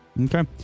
Okay